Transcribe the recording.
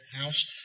house